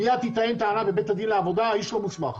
מיד תיטען טענה בבתי הדין לעבודה שהאיש לא מוסמך.